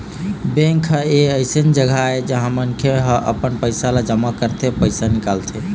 bank ह एक अइसन जघा आय जिहाँ मनखे ह अपन पइसा ल जमा करथे, पइसा निकालथे